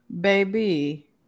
baby